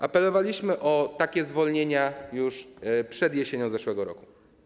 Apelowaliśmy o takie zwolnienia już przed jesienią zeszłego roku.